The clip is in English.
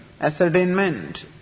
ascertainment